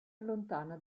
allontana